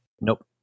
Nope